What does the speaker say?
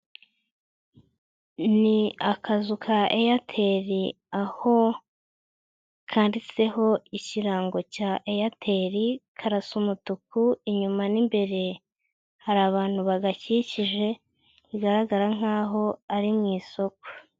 Ni akazu ka Eyateli aho kanditseho ikirango cya Eyateli, karasa umutuku, inyuma n'imbere hari abantu bagakikije bigaragara nk'aho ari mu isoko.